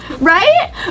right